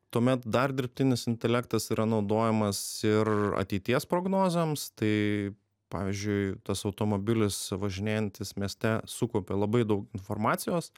tuomet dar dirbtinis intelektas yra naudojamas ir ateities prognozėms tai pavyzdžiui tas automobilis važinėjantis mieste sukaupia labai daug informacijos